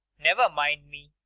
never mind me.